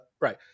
right